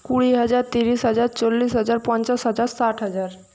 কুড়ি হাজার তিরিশ হাজার চল্লিশ হাজার পঞ্চাশ হাজার ষাট হাজার